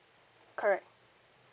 correct